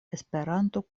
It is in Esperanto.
esperanto